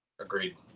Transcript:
Agreed